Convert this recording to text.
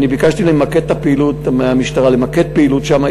ביקשתי מהמשטרה למקד פעילות שם,